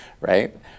right